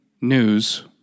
news